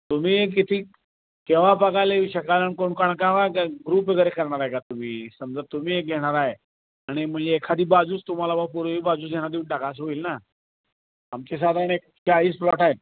तुम्ही किती केव्हा बघायला येऊ शकाल आणि कोण कोण ग्रुप वगैरे करणार आहे का तुम्ही समजा तुम्ही एक घेणारा आहे आणि म्हणजे एखादी बाजूच तुम्हाला बाबा पूर्वेची बाजूच ह्यांना देऊन टाका असं होईल ना आमचे साधारण एक चाळीस प्लॉट आहे